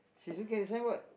she's looking at the signboard